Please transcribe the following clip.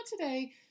today